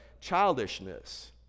childishness